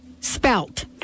spelt